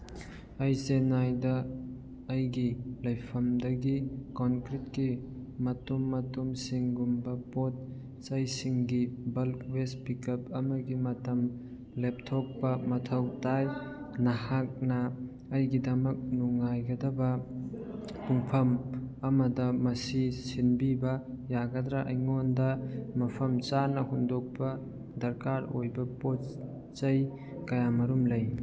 ꯑꯩ ꯆꯦꯅꯥꯏꯗ ꯑꯩꯒꯤ ꯂꯩꯐꯝꯗꯒꯤ ꯀꯣꯟꯀ꯭ꯔꯤꯠꯀꯤ ꯃꯇꯨꯝ ꯃꯇꯨꯝꯁꯤꯡꯒꯨꯝꯕ ꯄꯣꯠ ꯆꯩꯁꯤꯡꯒꯤ ꯕꯜꯛ ꯋꯦꯁ ꯄꯤꯀꯞ ꯑꯃꯒꯤ ꯃꯇꯝ ꯂꯦꯞꯊꯣꯛꯄ ꯃꯊꯧ ꯇꯥꯏ ꯅꯍꯥꯛꯅ ꯑꯩꯒꯤꯗꯃꯛ ꯅꯨꯡꯉꯥꯏꯒꯗꯕ ꯄꯨꯡꯐꯝ ꯑꯃꯗ ꯃꯁꯤ ꯁꯤꯟꯕꯤꯕ ꯌꯥꯒꯗ꯭ꯔ ꯑꯩꯉꯣꯟꯗ ꯃꯐꯝ ꯆꯥꯅ ꯍꯨꯟꯗꯣꯛꯄ ꯗꯔꯀꯥꯔ ꯑꯣꯏꯕ ꯄꯣꯠ ꯆꯩ ꯀꯌꯥꯃꯔꯨꯝ ꯂꯩ